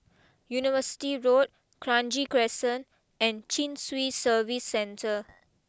University Road Kranji Crescent and Chin Swee Service Centre